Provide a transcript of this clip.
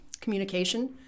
communication